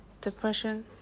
depression